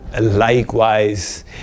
likewise